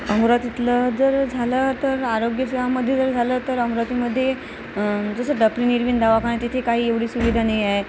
अमरावतीतलं जर झालं तर आरोग्य सेवामध्ये जर झालं तर अमरावतीमध्ये जसं डफरीन इरविन दवाखाना तिथे काही एवढी सुविधा नाही आहे